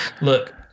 Look